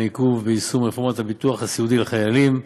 עיכוב ביישום רפורמת הביטוח הסיעודי לחיילים.